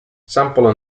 sample